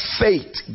faith